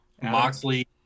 Moxley